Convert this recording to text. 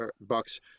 bucks